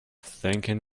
thinking